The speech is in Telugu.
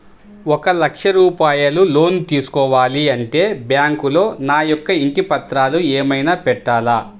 ఒక లక్ష రూపాయలు లోన్ తీసుకోవాలి అంటే బ్యాంకులో నా యొక్క ఇంటి పత్రాలు ఏమైనా పెట్టాలా?